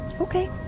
okay